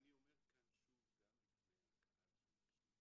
ואני אומר כאן שוב גם בפני הקהל שמקשיב,